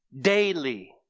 daily